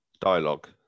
dialogue